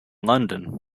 london